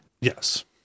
Yes